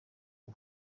ubu